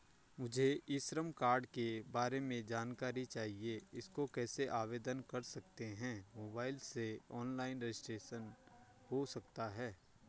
मुझे e Shram card के बारे में जानकारी चाहिए इसको कैसे आवेदन कर सकते हैं मोबाइल से ऑनलाइन रजिस्ट्रेशन हो सकता है?